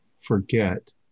forget